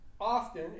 often